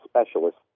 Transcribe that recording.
specialist